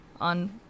on